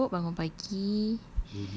so besok bangun pagi